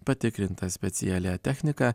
patikrintas specialia technika